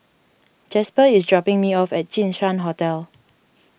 Jasper is dropping me off at Jinshan Hotel